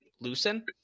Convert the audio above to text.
loosen